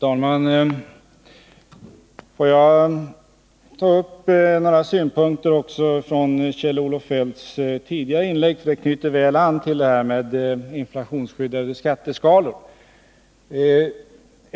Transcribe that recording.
Fru talman! Jag vill ta upp några synpunkter från Kjell-Olof Feldts tidigare inlägg, därför att de knyter väl an till resonemanget om inflationsskyddade skatteskalor.